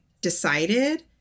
decided